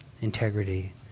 Integrity